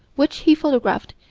which he photographed,